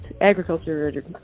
agriculture